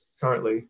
currently